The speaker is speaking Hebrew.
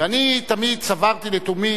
ואני תמיד סברתי לתומי,